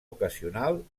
ocasional